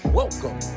welcome